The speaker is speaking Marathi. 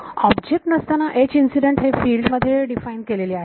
ऑब्जेक्ट नसताना H इन्सिडेंट हे फिल्ड मध्ये डिफाइन केलेले आहे